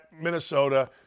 Minnesota